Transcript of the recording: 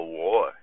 war